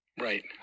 Right